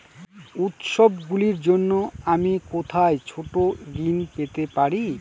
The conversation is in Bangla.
উত্সবগুলির জন্য আমি কোথায় ছোট ঋণ পেতে পারি?